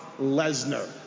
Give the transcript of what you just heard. Lesnar